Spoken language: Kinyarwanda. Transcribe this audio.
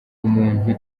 umuntu